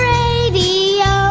radio